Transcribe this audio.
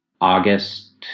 August